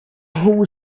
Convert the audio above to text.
who